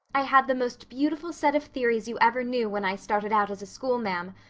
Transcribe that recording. i had the most beautiful set of theories you ever knew when i started out as a schoolma'am,